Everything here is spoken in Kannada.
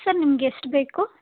ಸರ್ ನಿಮಗೆ ಎಷ್ಟು ಬೇಕು